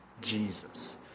Jesus